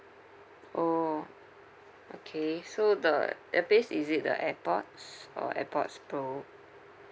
oh okay so the earpiece is it the AirPods or AirPods pro